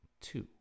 two